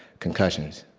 concussions.